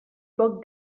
poc